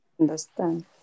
Understand